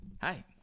Hi